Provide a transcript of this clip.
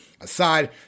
Aside